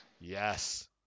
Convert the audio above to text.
Yes